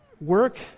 Work